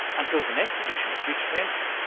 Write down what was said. until the next edition of future tense,